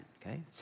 okay